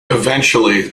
eventually